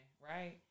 Right